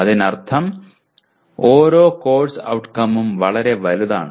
അതിനർത്ഥം ഓരോ കോഴ്സ് ഔട്ട്കമും വളരെ വലുതാണ്